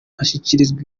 ashyikirizwa